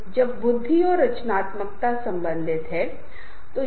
भूमिकाएं हमेशा पूर्व निर्धारित होतीहैं और सदस्यों को सौंपी जाती हैं